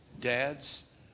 Dads